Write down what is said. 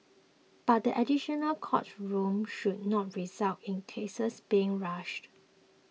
but the additional court rooms should not result in cases being rushed